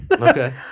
Okay